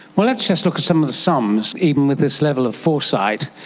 let's just look at some of the sums, even with this level of foresight.